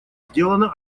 сделано